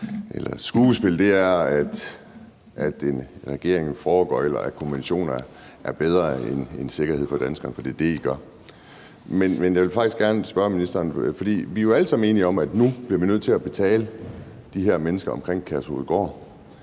eller at en regering foregøgler, at konventioner er bedre end sikkerhed for danskerne, for det er det, regeringen gør. Vi er jo alle sammen enige om, at nu bliver vi nødt til at betale de her mennesker, der bor omkring Kærshovedgård,